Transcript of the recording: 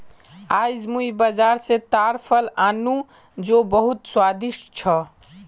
आईज मुई बाजार स ताड़ फल आन नु जो बहुत स्वादिष्ट छ